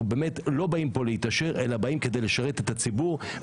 לא באים פה להתעשר אלא כדי לשרת את הציבור,